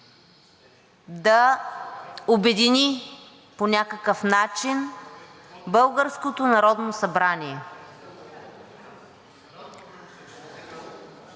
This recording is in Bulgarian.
да обедини по някакъв начин българското Народно събрание.